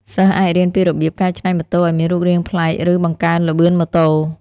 សិស្សអាចរៀនពីរបៀបកែច្នៃម៉ូតូឱ្យមានរូបរាងប្លែកឬបង្កើនល្បឿនម៉ូតូ។